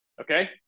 Okay